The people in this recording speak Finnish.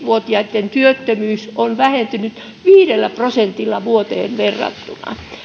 vuotiaitten työttömyys on vähentynyt viidellä prosentilla viime vuoteen verrattuna